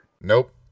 Nope